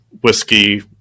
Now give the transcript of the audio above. whiskey